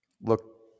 Look